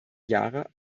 jahre